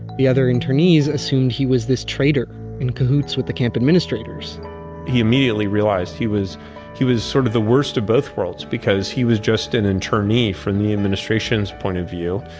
the other internees, assumed he was this trader in cahoots with the camp administrators he immediately realized he was he was sort of the worst of both worlds, because he was just an internee from the administration's point of view,